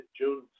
June